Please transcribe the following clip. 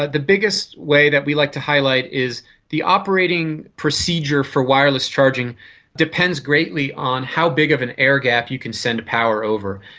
ah the biggest way that we like to highlight is the operating procedure for wireless charging depends greatly on how big of an airgap you can send power over.